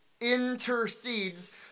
intercedes